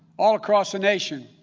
all across the nation,